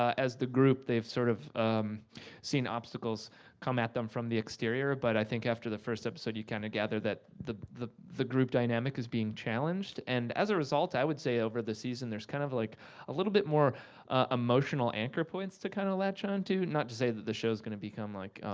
as the group, they've sort of um seen obstacles come at them from the exterior, but i think after the first episode you kind of gather that the the group dynamic is being challenged. and as a result, i would say over the season, there's kind of like a little bit more emotional anchor points to kind of latch on to, not to say that the show's going to become like